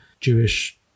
Jewish